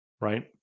right